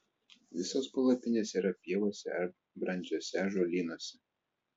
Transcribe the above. visos palapinės yra pievose ar brandžiuose ąžuolynuose